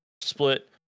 split